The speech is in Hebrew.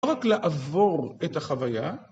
לא רק לעבור את החוויה